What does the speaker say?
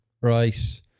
Right